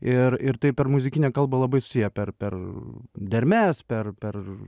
ir ir taip per muzikinę kalbą labai susiję per per dermes per per